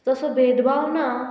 तसो भेदभाव ना